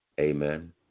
Amen